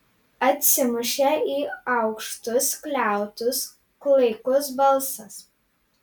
atsimušė į aukštus skliautus klaikus balsas